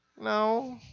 no